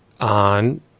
on